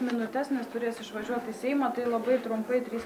minutes nes turės išvažiuot į seimą tai labai trumpai trys